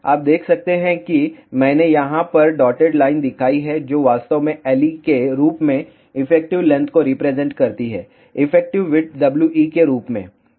आप देख सकते हैं कि मैंने यहाँ पर डॉटेड लाइन दिखाई है जो वास्तव में Le के रूप में इफेक्टिव लेंथ को रिप्रेजेंट करती है इफेक्टिव विड्थ We के रूप में